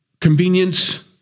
convenience